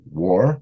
war